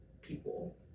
people